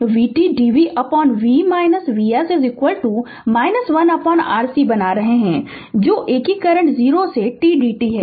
तो v0 से vt dvv Vs 1Rc बना रहे हैं जो एकीकरण 0 से t dt है